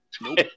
Nope